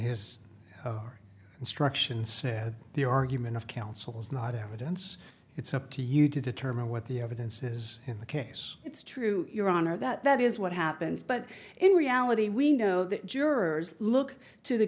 his instruction said the argument of councils not evidence it's up to you to determine what the evidence is in the case it's true your honor that that is what happens but in reality we know that jurors look to the